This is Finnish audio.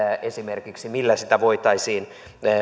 esimerkiksi millä sitä voitaisiin